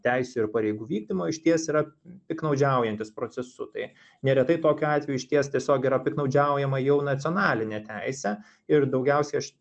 teisių ir pareigų vykdymo išties yra piktnaudžiaujantys procesu tai neretai tokiu atveju išties tiesiog yra piktnaudžiaujama jau nacionaline teise ir daugiausiai aš